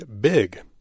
big